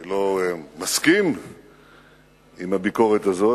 אני לא מסכים עם הביקורת הזאת,